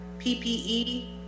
PPE